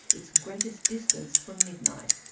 its greatest distance from midnight.